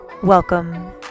Welcome